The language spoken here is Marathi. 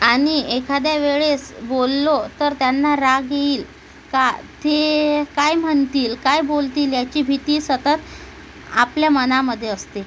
आणि एखाद्या वेळेस बोललो तर त्यांना राग येईल का ते काय म्हणतील काय बोलतील याची भीती सतत आपल्या मनामध्ये असते